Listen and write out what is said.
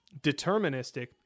deterministic